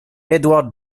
edward